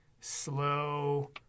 slow